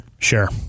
Sure